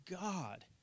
God